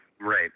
right